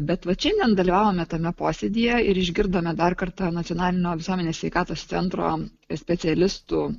bet vat šiandien dalyvavome tame posėdyje ir išgirdome dar kartą nacionalinio visuomenės sveikatos centro specialistų